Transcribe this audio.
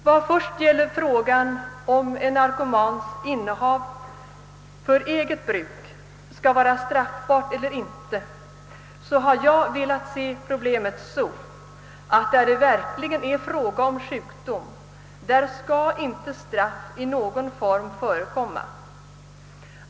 Vad först gäller frågan om en narkomans innehav för eget bruk skall vara straffbart eller inte har jag velat se problemet så, att där det verkligen rör sig om sjukdom skall inte straff i någon form förekomma.